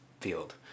field